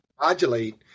modulate